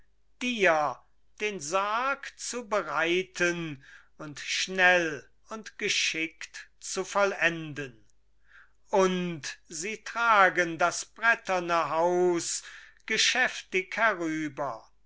dir den sarg zu bereiten und schnell und geschickt zu vollenden und sie tragen das bretterne haus geschäftig